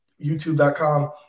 YouTube.com